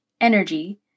energy